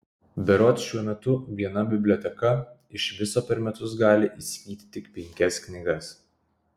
berods šiuo metu viena biblioteka iš viso per metus gali įsigyti tik penkias knygas